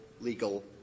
legal